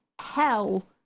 hell